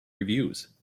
reviews